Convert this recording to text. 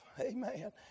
Amen